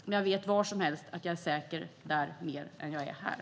Men jag vet att jag var som helst är säker där mer än jag är här.